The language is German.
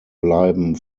bleiben